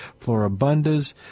Florabundas